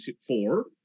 four